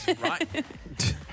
right